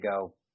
go